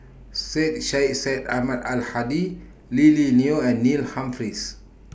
Syed Sheikh Syed Ahmad Al Hadi Lily Neo and Neil Humphreys